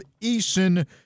Eason